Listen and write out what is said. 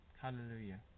hallelujah